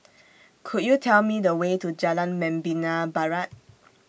Could YOU Tell Me The Way to Jalan Membina Barat